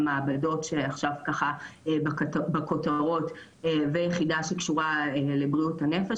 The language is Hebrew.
המעבדות שעכשיו ככה בכותרות ויחידה שקשורה לבריאות הנפש,